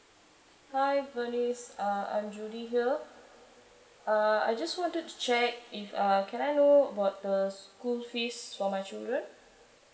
hi B E R N I C E uh I'm J U L I V I A uh I just wanted to check if uh can I know about the school fees for my children